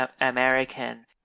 American